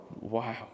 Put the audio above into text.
wow